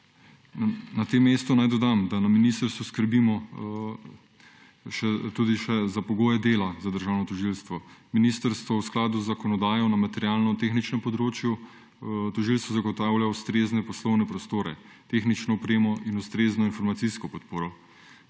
Na tem mestu naj dodam, da na ministrstvu skrbimo še za pogoje dela za državno tožilstvo. Ministrstvo v skladu z zakonodajo na materialno-tehničnem področju tožilstvu zagotavlja ustrezne poslovne prostore, tehnično opremo in ustrezno informacijsko podporo.